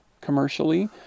commercially